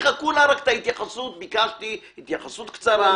ביקשתי התייחסות קצרה,